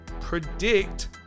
predict